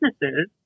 businesses